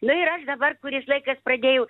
nu ir aš dabar kuris laikas pradėjau